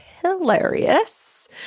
hilarious